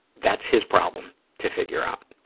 that's his problem to figure out.